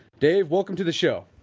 dave, welcome to the show